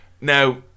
now